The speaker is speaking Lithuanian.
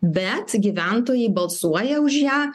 bet gyventojai balsuoja už ją